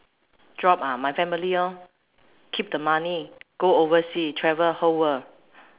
drop ah my family lor keep the money go oversea travel whole world